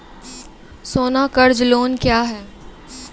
सोना कर्ज लोन क्या हैं?